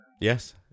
yes